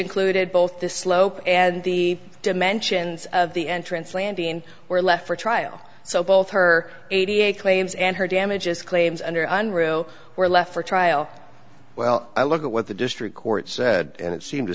included both the slope and the dimensions of the entrance landing were left for trial so both her eighty eight claims and her damages claims under unruh were left for trial well i look at what the district court said and it seemed to